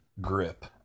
grip